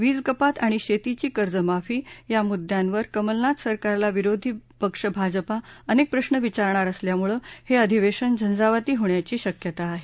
वीज कपात आणि शेतीची कर्ज माफी या मुद्यांवर कमलनाथ सरकारला विरोधी पक्ष भाजपा अनेक प्रश्न विचारणार असल्यामुळे हे अधिवेशन झंझावती होण्याची शक्यता आहे